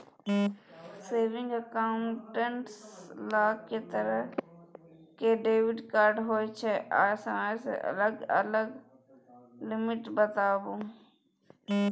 Saving accounts ल के तरह के डेबिट कार्ड होय छै आ सब के अलग अलग लिमिट बताबू?